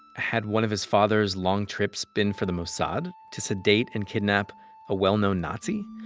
had one of his father's long trips been for the mossad to sedate and kidnap a well-known nazi?